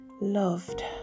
loved